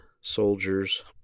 soldiers